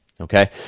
Okay